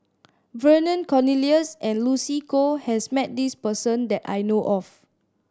Vernon Cornelius and Lucy Koh has met this person that I know of